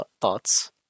thoughts